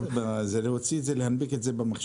מאיפה --- להוציא את זה, להנפיק את זה במחשב.